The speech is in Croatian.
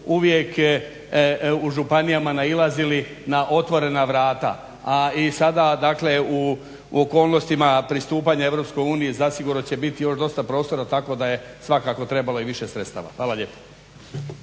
uvijek u županijama nailazili na otvorena vrata. A i sada dakle u okolnostima pristupanja EU zasigurno će biti još dosta prostora tako da je svakako trebalo i više sredstava. Hvala lijepa.